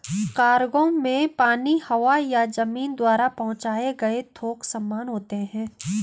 cargo में पानी, हवा या जमीन द्वारा पहुंचाए गए थोक सामान होते हैं